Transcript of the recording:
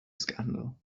scandal